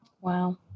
Wow